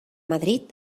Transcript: madrid